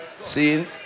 See